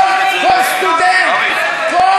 הם משרתים חמש שנים.